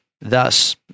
thus